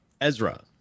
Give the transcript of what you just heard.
Ezra